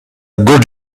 good